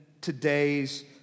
today's